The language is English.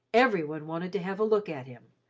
every one wanted to have a look at him,